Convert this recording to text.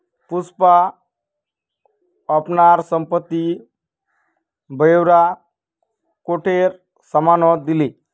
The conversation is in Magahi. पुष्पा अपनार संपत्ति ब्योरा कोटेर साम न दिले